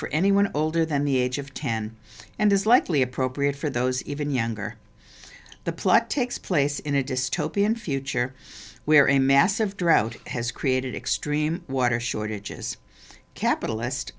for anyone older than the age of ten and is likely appropriate for those even younger the plot takes place in a dystopian future where a massive drought has created extreme water shortages capitalist